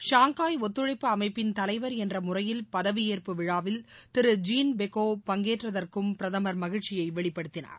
Shanghai ஒத்துழைப்பு அமைப்பின் தலைவர் என்றமுறையில் பதவியேற்பு விழாவில் திரு ஜீன்பெக்கோவ் பங்கேற்றதற்கும் பிரதமர் மகிழ்ச்சியைவெளிப்படுத்தினார்